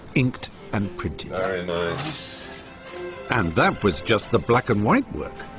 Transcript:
inked and printed. very nice. and that was just the black-and-white work.